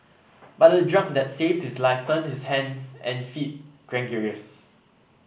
but the drug that saved this life turned his hands and feet gangrenous